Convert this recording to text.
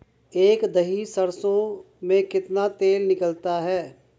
एक दही सरसों में कितना तेल निकलता है?